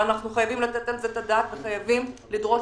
ואנחנו חייבים לתת על זה את הדעת וחייבים לדרוש